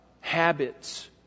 habits